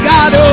God